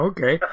Okay